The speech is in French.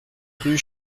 rue